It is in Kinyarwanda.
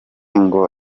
ngo